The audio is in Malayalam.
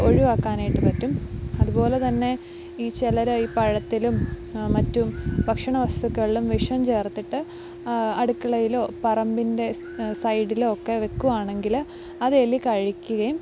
ഒഴിവാക്കാനായിട്ട് പറ്റും അതുപോലെതന്നെ ഈ ചിലര് ഈ പഴത്തിലും മറ്റും ഭക്ഷണ വസ്തുക്കളിലും വിഷം ചേർത്തിട്ട് അടുക്കളയിലോ പറമ്പിൻ്റെ സൈ സൈഡിലോ ഒക്കെ വയ്ക്കുകയാണെങ്കില് അത് എലി കഴിക്കുകയും